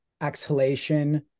exhalation